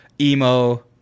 Emo